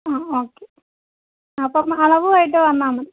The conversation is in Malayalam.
ആ ഓക്കേ അപ്പം അളവുമായിട്ട് വന്നാൽ മതി